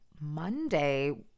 Monday